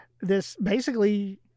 this—basically